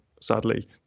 Sadly